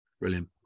Brilliant